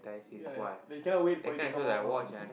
ya ya they cannot wait for you to come out one by one